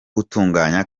gutunganya